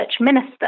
minister